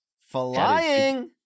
flying